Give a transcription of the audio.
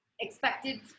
expected